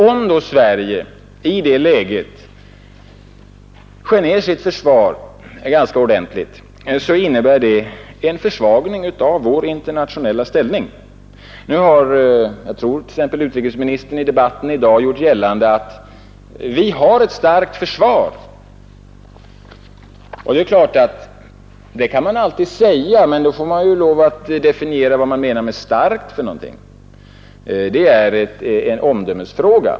Om då Sverige i detta läge skär ned sitt försvar ordentligt, innebär det en försvagning av vår internationella ställning. Nu har t.ex. utrikesministern i debatten i dag gjort gällande att vi har ett starkt försvar. Det är klart att det kan man alltid säga, men då får man lov att definiera vad man menar med starkt. Det är en omdömesfråga.